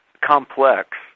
complex